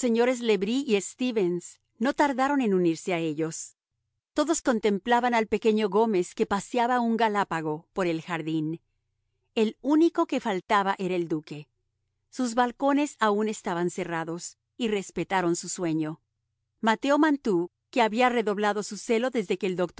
señores le bris y stevens no tardaron en unirse a ellos todos contemplaban al pequeño gómez que paseaba un galápago por el jardín el único que faltaba era el duque sus balcones aun estaban cerrados y respetaron su sueño mateo mantoux que había redoblado su celo desde que el doctor